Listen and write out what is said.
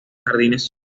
jardines